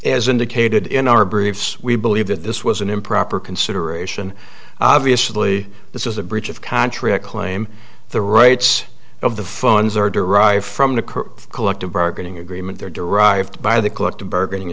as indicated in our briefs we believe that this was an improper consideration obviously this is a breach of contract claim the rights of the phones are derived from the collective bargaining agreement there derived by the collective bargaining